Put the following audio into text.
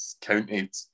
counted